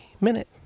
Minute